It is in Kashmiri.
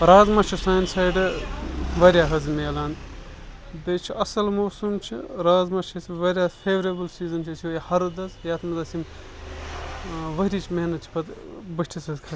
رازمہ چھُ سانہِ سایڈٕ واریاہ حظ میلان بیٚیہِ چھُ اَصٕل موسم چھُ رازمہ چھُ اَسہِ واریاہ فیوریبٕل سیٖزَن چھُ اَسہِ یہوٚے ہرُد حظ یَتھ منٛز اَسہِ یِم ؤرِہِچ محنت چھِ پتہٕ بٔٹھِس حظ کھہ